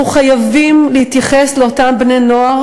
אנחנו חייבים להתייחס לאותם בני-נוער